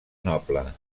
noble